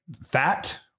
fat